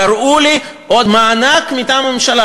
תראו לי עוד מענק מטעם הממשלה,